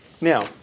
Now